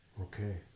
Okay